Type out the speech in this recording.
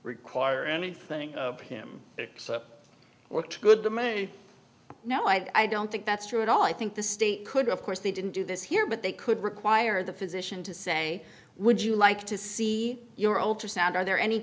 require anything of him except work to good to me no i don't think that's true at all i think the state could of course they didn't do this here but they could require the physician to say would you like to see your alter sound are there any